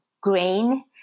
grain